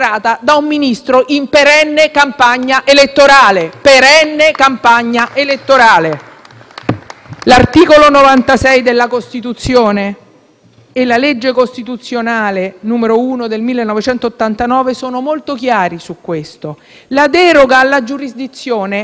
L'articolo 96 della Costituzione e la legge costituzionale n. 1 del 1989 sono molto chiari su questo: la deroga alla giurisdizione è eccezionale e l'immunità del Ministro è guardata con disfavore.